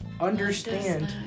understand